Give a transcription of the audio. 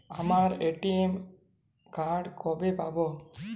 আমার ATM card কবে পাব?